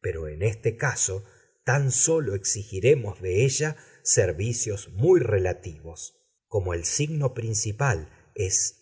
pero en este caso tan sólo exigiremos de ella servicios muy relativos como el signo principal es